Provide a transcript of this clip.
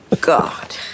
God